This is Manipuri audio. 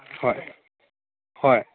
ꯍꯣꯏ ꯍꯣꯏ